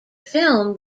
film